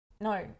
no